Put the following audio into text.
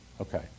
Okay